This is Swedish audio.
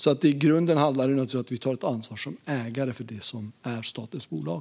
I grunden handlar det naturligtvis om att vi tar ett ansvar som ägare för det som är statens bolag.